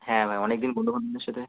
হ্যাঁ ভাই অনেকদিন বন্ধু বান্ধবের সাথে